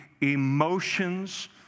emotions